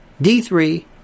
D3